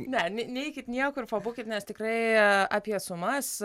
ne neikit niekur pabūkit nes tikrai apie sumas